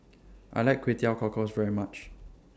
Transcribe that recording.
I like Kway Teow Cockles very much